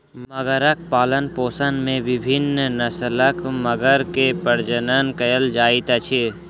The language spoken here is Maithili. मगरक पालनपोषण में विभिन्न नस्लक मगर के प्रजनन कयल जाइत अछि